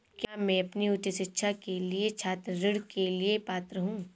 क्या मैं अपनी उच्च शिक्षा के लिए छात्र ऋण के लिए पात्र हूँ?